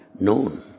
known